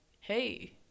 hey—